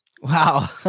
Wow